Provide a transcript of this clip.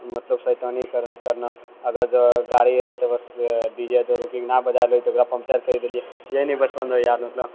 मतलब शैतानी कर करना अगर जौ गाड़ी एलै तऽ बस डी जे जे रुकि कऽ ने बजाले तऽ ओकरा पञ्चर करि देलियै यही ने बचपन रहै याद मतलब